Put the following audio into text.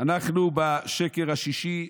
אנחנו בשקר השישי.